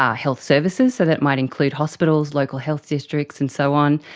ah health services, so that might include hospitals, local health districts and so on,